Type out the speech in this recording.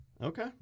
Okay